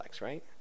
right